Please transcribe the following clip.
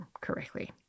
correctly